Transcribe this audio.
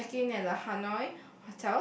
we check in at the Hanoi